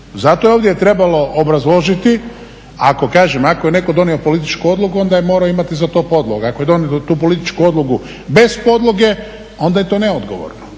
Zato je ovdje trebalo obrazložiti, ako kažem, ako je netko donio političku odluku onda je morao imati za to podlogu, ako je donio tu političku odluku bez podloge onda je to neodgovorno.